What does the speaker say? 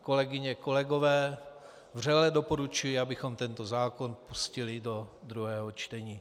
Kolegyně, kolegové, vřele doporučuji, abychom tento zákon pustili do druhého čtení.